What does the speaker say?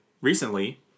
recently